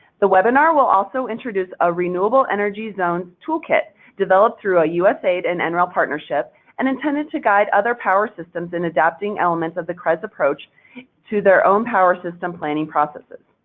the webinar will also introduce a renewable energy zone toolkit developed through a usaid and and nrel partnership and intended to guide other power systems in adapting elements of the crez approach to their own power system planning processes.